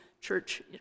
church